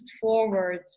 forward